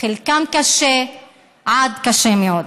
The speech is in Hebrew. חלקם קשה עד קשה מאוד.